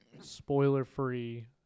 spoiler-free